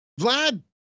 Vlad